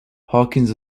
harkins